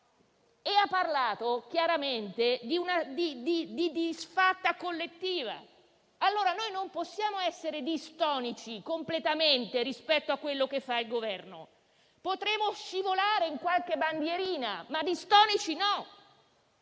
e ha parlato chiaramente di una disfatta collettiva. Non possiamo essere distonici completamente rispetto a ciò che fa il Governo. Potremo scivolare in qualche bandierina, ma non